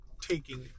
taking